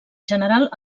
general